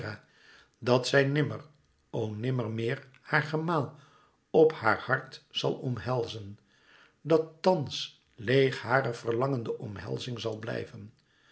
dat zij nimmer o nimmer meer haar gemaal op haar hart zal omhelzen dat thans leêg hare verlangende omhelzing zal blijven